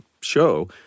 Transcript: show